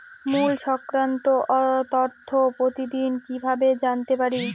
মুল্য সংক্রান্ত তথ্য প্রতিদিন কিভাবে জানতে পারি?